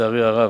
לצערי הרב.